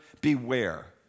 beware